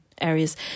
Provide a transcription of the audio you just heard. areas